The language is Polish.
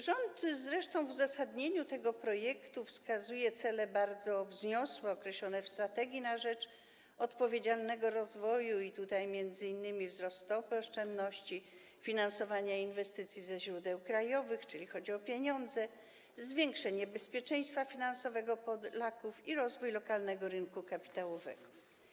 Rząd w uzasadnieniu tego projektu wskazuje bardzo wzniosłe cele, określone w strategii na rzecz odpowiedzialnego rozwoju, m.in. wzrost stopy oszczędności, finansowania inwestycji ze źródeł krajowych, czyli chodzi o pieniądze, zwiększenie bezpieczeństwa finansowego Polaków i rozwój lokalnego ryku kapitałowego.